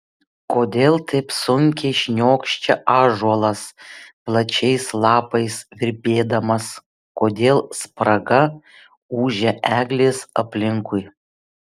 kodėl taip sunkiai šniokščia ąžuolas plačiais lapais virpėdamas kodėl spraga ūžia eglės aplinkui